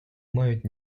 мають